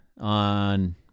on